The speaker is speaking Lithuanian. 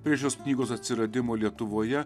prie šios knygos atsiradimo lietuvoje